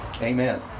Amen